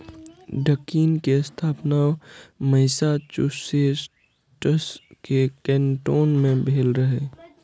Dunkin के स्थापना Massachusetts के कैन्टोन मे भेल रहै